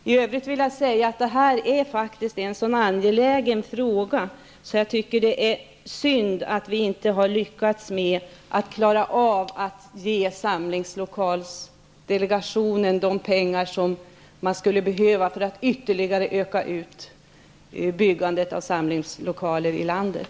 I övrigt vill jag säga att den här frågan faktiskt är så angelägen att det är synd att vi inte har lyckats klara av att ge samlingslokalsdelegationen de pengar som behövs för att ytterligare utöka byggandet av samlingslokaler i landet.